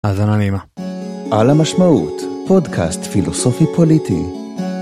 האזנה נעימה. על המשמעות- פודקאסט פילוסופי פוליטי